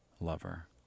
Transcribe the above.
lover